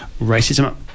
racism